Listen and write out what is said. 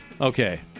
Okay